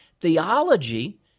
theology